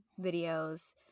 videos